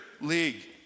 league